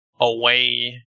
away